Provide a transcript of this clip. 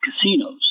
casinos